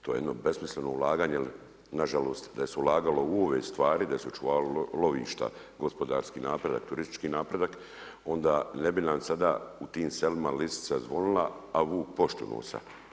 To je jedno besmisleno ulaganje jer nažalost da se je ulagalo u ove stvari, da su se očuvala lovišta, gospodarski napredak, turistički napredak onda ne bi nam sada u tim selima lisica zvonila a vuk poštu nosio.